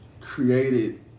created